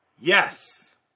Yes